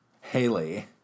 Haley